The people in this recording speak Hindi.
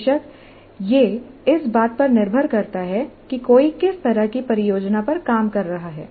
बेशक यह इस बात पर निर्भर करता है कि कोई किस तरह की परियोजना पर काम कर रहा है